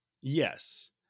yes